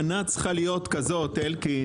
שכנעת אותנו, זה בחוק הבא.